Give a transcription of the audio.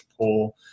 pull